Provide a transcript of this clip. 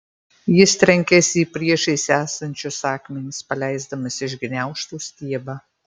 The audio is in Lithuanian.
jis trenkėsi į priešais esančius akmenis paleisdamas iš gniaužtų stiebą